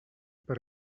per